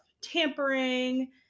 tampering